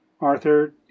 Arthur